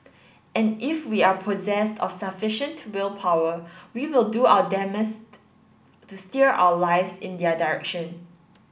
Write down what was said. and if we are possessed of sufficient willpower we will do our to steer our lives in their direction